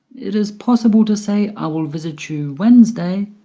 it is possible to say i will visit you wednesday.